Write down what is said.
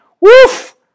Woof